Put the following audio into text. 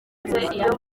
iyo